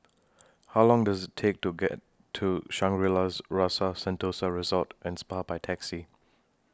How Long Does IT Take to get to Shangri La's Rasa Sentosa Resort and Spa By Taxi